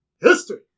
history